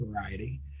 variety